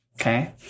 Okay